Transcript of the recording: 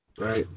Right